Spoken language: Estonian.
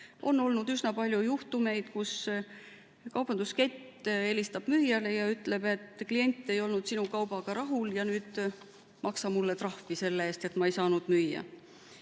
On olnud üsna palju juhtumeid, et kaubanduskett helistab müüjale ja ütleb: "Klient ei olnud sinu kaubaga rahul, maksa mulle trahvi selle eest, et ma ei saanud müüa."